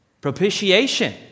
Propitiation